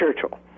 Churchill